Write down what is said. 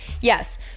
Yes